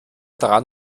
daran